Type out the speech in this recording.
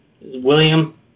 William